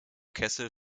kessel